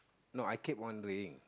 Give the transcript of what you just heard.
no I keep wondering